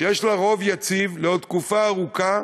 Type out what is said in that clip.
שיש לה רוב יציב לעוד תקופה ארוכה.